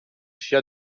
sia